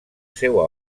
seua